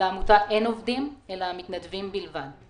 לעמותה אין עובדים אלא מתנדבים בלבד.